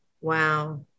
Wow